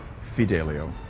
Fidelio